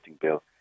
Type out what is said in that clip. bill